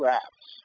apps